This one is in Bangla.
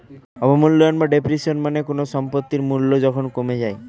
অবমূল্যায়ন বা ডেপ্রিসিয়েশন মানে কোনো সম্পত্তির মূল্য যখন কমে যায়